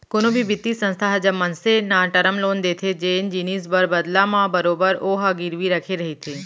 कोनो भी बित्तीय संस्था ह जब मनसे न टरम लोन देथे जेन जिनिस बर बदला म बरोबर ओहा गिरवी रखे रहिथे